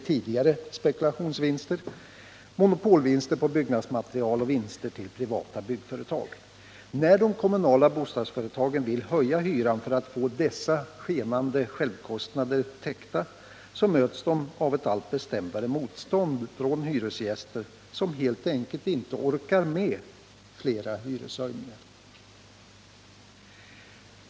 tidigare spekulationsvinster, monopolvinster på byggnadsmaterial och vinster till privata byggföretag. När de kommunala bostadsföretagen vill höja hyran för att få dessa skenande självkostnader täckta, möts de av ett allt bestämdare motstånd från hyresgäster, som helt enkelt inte orkar med flera hyreshöjningar.